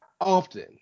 often